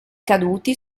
caduti